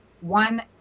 One